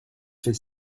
fait